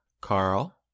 Carl